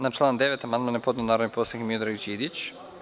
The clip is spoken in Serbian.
Na član 9. amandman je podneo narodni poslanik Miodrag Đidić.